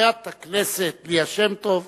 וחברת הכנסת ליה שמטוב